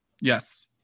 yes